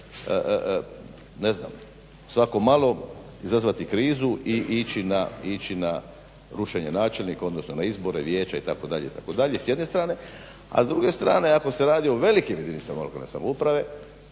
ne znam svako malo izazvati krizu i ići na rušenje načelnika, odnosno na izbore vijeće itd., itd. s jedne strane, a s druge strane ako se radi o velikim jedinicama lokalne samouprave